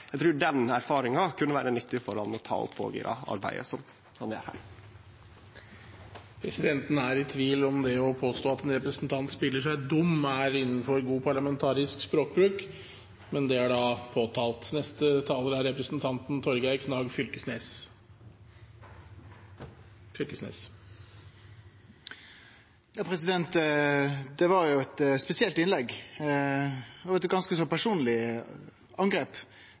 Eg trur den erfaringa kunne vere nyttig for han å ta opp att òg i det arbeidet som han gjer her. Presidenten er i tvil om det å påstå at en representant spiller dum, er innenfor god parlamentarisk språkbruk, men det er da påtalt. Det var eit spesielt innlegg. Det var eit ganske personleg angrep, vil eg seie, og eit